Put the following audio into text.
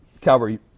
Calvary